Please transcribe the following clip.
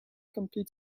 complete